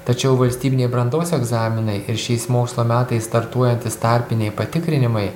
tačiau valstybiniai brandos egzaminai ir šiais mokslo metais startuojantys tarpiniai patikrinimai